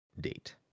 date